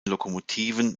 lokomotiven